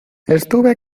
estuve